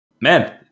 man